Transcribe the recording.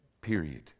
period